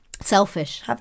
Selfish